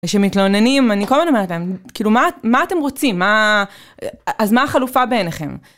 כשמתלוננים, אני כל הזמן אומרת להם, כאילו, מה אתם רוצים? מה... אז מה החלופה בעיניכם?